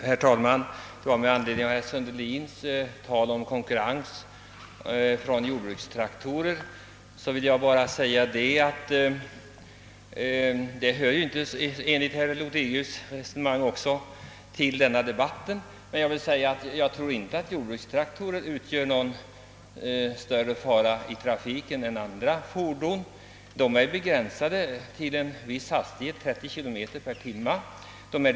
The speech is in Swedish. Herr talman! Med anledning av herr Sundelins attacker mot jordbrukstraktorer som konkurrenter till åkarna vill jag i likhet med herr Lothigius påpeka att denna problematik hör inte till denna debatt. Jag tror inte att jordbrukstraktorer utgör någon större fara för trafiken. Deras hastighet är begränsad till 30 km per timme.